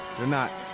they're not.